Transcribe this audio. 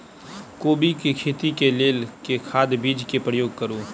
कोबी केँ खेती केँ लेल केँ खाद, बीज केँ प्रयोग करू?